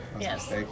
yes